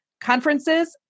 conferences